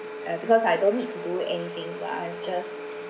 uh because I don't need to do anything while I've just